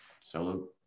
solo